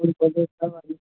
ओइसँ जे भरबा ली